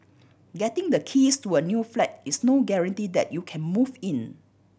getting the keys to a new flat is no guarantee that you can move in